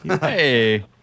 Hey